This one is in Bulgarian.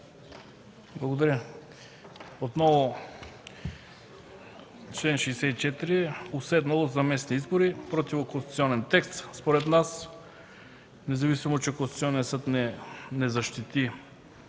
Благодаря. Отново чл. 64 – уседналост за местни избори. Противоконституционен текст според нас, независимо че Конституционният съд не защити